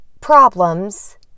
problems